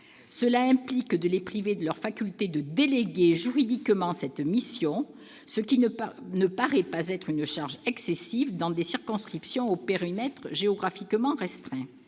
Cela implique de les priver de leur faculté de déléguer juridiquement cette mission, ce qui ne paraît pas être une charge excessive dans des circonscriptions au périmètre géographique restreint.